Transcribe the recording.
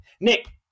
Nick